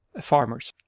farmers